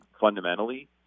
fundamentally